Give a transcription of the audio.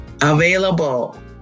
available